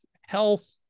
health